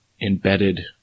embedded